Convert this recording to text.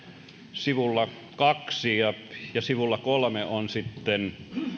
sivulla kaksi ja ja sivulla kolme on sitten